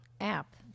app